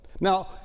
Now